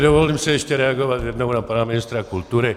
Dovolím si ještě reagovat jednou na pana ministra kultury.